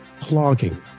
clogging